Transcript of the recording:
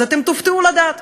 אתם תופתעו לדעת